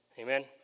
Amen